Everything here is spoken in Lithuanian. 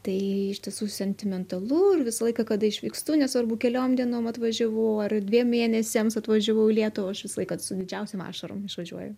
tai iš tiesų sentimentalu ir visą laiką kada išvykstu nesvarbu keliom dienom atvažiavau ar dviem mėnesiams atvažiavau į lietuvą aš visą laiką su didžiausiom ašarom išvažiuoju